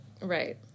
Right